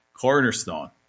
cornerstone